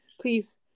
Please